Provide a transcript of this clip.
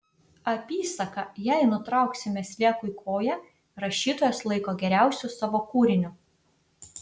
apysaką jei nutrauksime sliekui koją rašytojas laiko geriausiu savo kūriniu